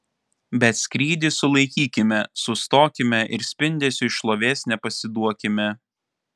bet skrydį sulaikykime sustokime ir spindesiui šlovės nepasiduokime